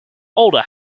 older